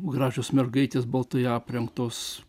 gražios mergaitės baltai aprengtos